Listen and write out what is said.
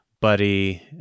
Buddy